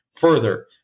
further